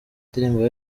indirimbo